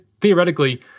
theoretically